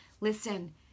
listen